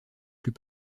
plus